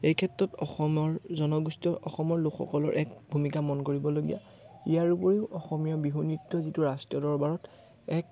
এই ক্ষেত্ৰত অসমৰ জনগোষ্ঠীয় অসমৰ লোকসকলৰ এক ভূমিকা মন কৰিবলগীয়া ইয়াৰ উপৰিও অসমীয়া বিহু নৃত্য যিটো ৰাষ্ট্ৰীয় দৰবাৰত এক